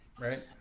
Right